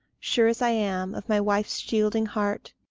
sure as i am of my wife's shielding heart,